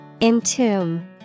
Entomb